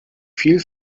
viel